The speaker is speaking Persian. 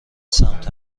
سمت